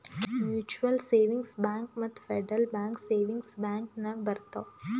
mutual savings bank ಮತ್ತ federal bank savings bank ನಾಗ್ ಬರ್ತಾವ್